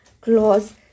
Clause